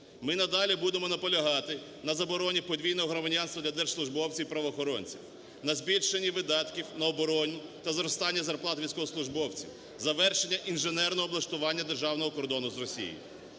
Ми надалі будемо наполягати на забороні подвійного громадянства для держслужбовців і правоохоронців, на збільшенні видатків на оборону та зростання зарплат військовослужбовців, завершення інженерного облаштування державного кордону з Росією.